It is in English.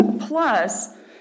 Plus